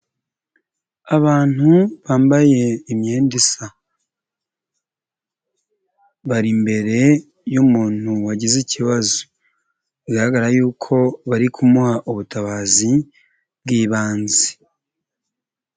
Abantu bambaye imyenda isa, bari imbere yumuntu wagize ikibazo biragaragara y'uko bari kumuha ubutabazi bw'ibanze.